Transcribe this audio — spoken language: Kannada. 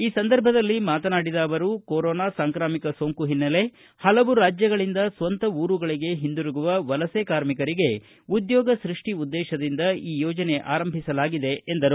ಈ ಸಂದರ್ಭದಲ್ಲಿ ಮಾತನಾಡಿದ ಅವರು ಕೊರೋನಾ ಸಾಂಕ್ರಾಮಿಕ ಸೋಂಕು ಹಿನ್ನೆಲೆ ಹಲವು ರಾಜ್ಯಗಳಿಂದ ಸ್ವಂತ ಊರುಗಳಿಗೆ ಹಿಂದಿರುಗಿರುವ ವಲಸೆ ಕಾರ್ಮಿಕರಿಗೆ ಉದ್ಯೋಗ ಸೃಷ್ಟಿ ಉದ್ದೇಶದಿಂದ ಈ ಯೋಜನೆಯನ್ನು ಆರಂಭಿಸಲಾಗಿದೆ ಎಂದರು